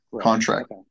Contract